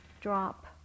drop